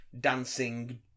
dancing